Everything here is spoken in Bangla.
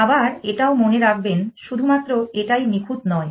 আবার এটাও মনে রাখবেন শুধুমাত্র এটাই নিখুঁত নয়